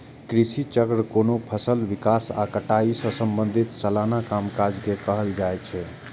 कृषि चक्र कोनो फसलक विकास आ कटाई सं संबंधित सलाना कामकाज के कहल जाइ छै